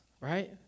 right